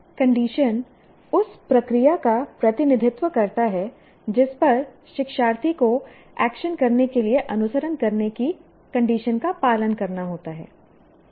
condition उस प्रक्रिया का प्रतिनिधित्व करता है जिस पर शिक्षार्थी को एक्शन " करने के लिए अनुसरण करने की कंडीशन का पालन करना होता है